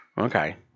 Okay